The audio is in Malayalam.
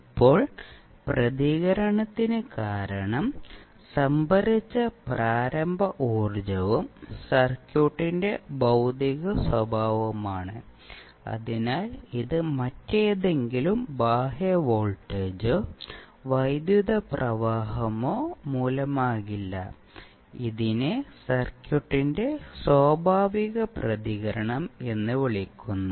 ഇപ്പോൾ പ്രതികരണത്തിന് കാരണം സംഭരിച്ച പ്രാരംഭ ഊർജ്ജവും സർക്യൂട്ടിന്റെ ഭൌതിക സ്വഭാവവുമാണ് അതിനാൽ ഇത് മറ്റേതെങ്കിലും ബാഹ്യ വോൾട്ടേജോ വൈദ്യുത പ്രവാഹമോ മൂലമാകില്ല ഇതിനെ സർക്യൂട്ടിന്റെ സ്വാഭാവിക പ്രതികരണം എന്ന് വിളിക്കുന്നു